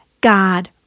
God